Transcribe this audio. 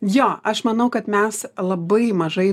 jo aš manau kad mes labai mažai